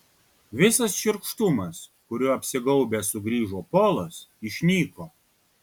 visas šiurkštumas kuriuo apsigaubęs sugrįžo polas išnyko